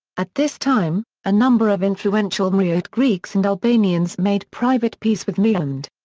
at this time, a number of influential moreote greeks and albanians made private peace with mehmed.